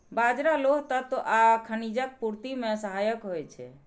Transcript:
बाजरा लौह तत्व आ खनिजक पूर्ति मे सहायक होइ छै